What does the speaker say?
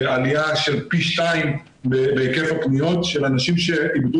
עליה של פי 2 בהיקף הפניות של אנשים שאיבדו